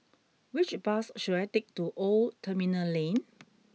which bus should I take to Old Terminal Lane